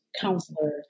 counselor